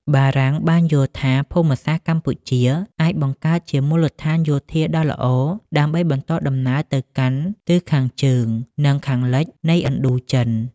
បារាំងបានយល់ថា ភូមិសាស្ត្រកម្ពុជាអាចបង្កើតជាមូលដ្ឋានយោធាដ៏ល្អ ដើម្បីបន្តដំណើរទៅកាន់ទិសខាងជើង និងខាងលិចនៃឥណ្ឌូចិន។